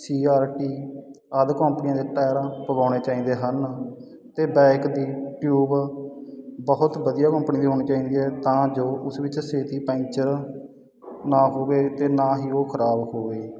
ਸੀ R T ਆਦ ਕੰਪਨੀਆਂ ਦੇ ਟਾਇਰ ਪਵਾਉਣੇ ਚਾਹੀਦੇ ਹਨ ਤੇ ਬੈਕ ਦੀ ਟਿਊਬ ਬਹੁਤ ਵਧੀਆ ਕੰਪਨੀ ਹੋਣੀ ਚਾਹੀਦੀ ਹ ਤਾਂ ਜੋ ਤੁਸੀਂ ਪੰਚਰ ਨਾ ਹੋਵੇ ਤੇ ਨਾ ਹੀ ਉਹ ਖਰਾਬ ਹੋਵੇ